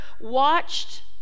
watched